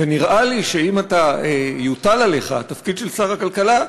ונראה לי שאם יוטל עליך התפקיד של שר הכלכלה,